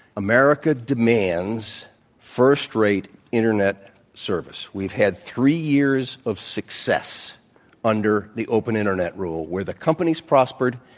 america demands first-rate internet service. we've had three years of success under the open internet rule, where the companies prospered,